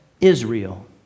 Israel